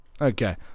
Okay